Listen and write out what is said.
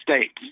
States